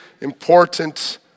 important